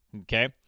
Okay